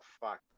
fuck